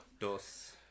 Dos